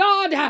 God